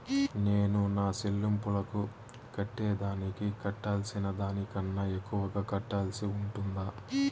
నేను నా సెల్లింపులకు కట్టేదానికి కట్టాల్సిన దానికన్నా ఎక్కువగా కట్టాల్సి ఉంటుందా?